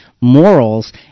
morals